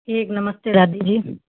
ठीक नमस्ते दादी जी